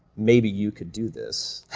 maybe you could do this.